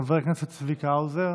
חבר הכנסת צביקה האוזר,